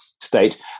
state